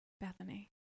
Bethany